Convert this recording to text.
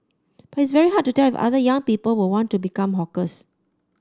but it's very hard to tell if other young people were want to become hawkers